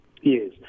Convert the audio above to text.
Yes